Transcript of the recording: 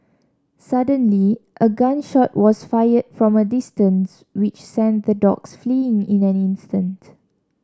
suddenly a gun shot was fired from a distance which sent the dogs fleeing in an instant